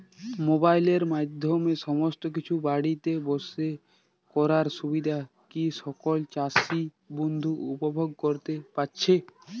মোবাইলের মাধ্যমে সমস্ত কিছু বাড়িতে বসে করার সুবিধা কি সকল চাষী বন্ধু উপভোগ করতে পারছে?